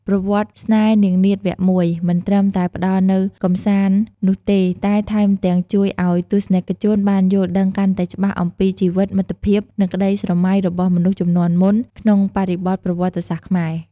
ប្រវត្តិស្នេហ៍នាងនាថ វគ្គ ១ មិនត្រឹមតែផ្តល់នូវកម្សាន្តនោះទេ តែថែមទាំងជួយឱ្យទស្សនិកជនបានយល់ដឹងកាន់តែច្បាស់អំពីជីវិត មិត្តភាព និងក្តីស្រមៃរបស់មនុស្សជំនាន់មុន ក្នុងបរិបទប្រវត្តិសាស្ត្រខ្មែរ។